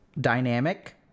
dynamic